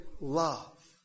love